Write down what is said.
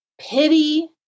pity